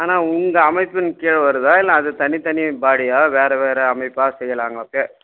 ஆனால் உங்கள் அமைப்பின் கீழே வருதா இல்லை அது தனித்தனி பாடியாக வேறு வேறு அமைப்பாக செயலா